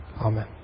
Amen